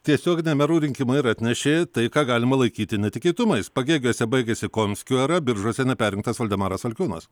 tiesioginiai merų rinkimai ir atnešė tai ką galima laikyti netikėtumais pagėgiuose baigėsi komskio era biržuose neperrinktas valdemaras valkiūnas